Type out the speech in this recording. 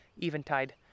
eventide